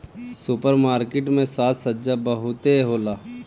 super market में साज सज्जा बहुते होला